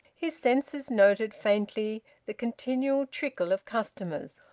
his senses noted faintly the continual trickle of customers,